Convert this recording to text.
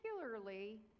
Particularly